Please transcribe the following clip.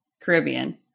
Caribbean